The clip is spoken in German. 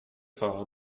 fahrer